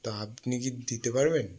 তা আপনি কি দিতে পারবেন